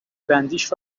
بندیش